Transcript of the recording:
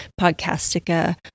Podcastica